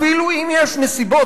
אפילו אם יש נסיבות,